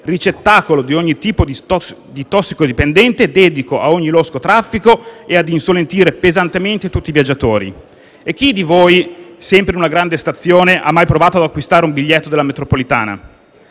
ricettacolo di ogni tipo di tossicodipendente, dedito a ogni losco traffico e a insolentire pesantemente tutti i viaggiatori. Chi di voi, sempre in una grande stazione, ha mai provato ad acquistare un biglietto della metropolitana?